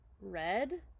red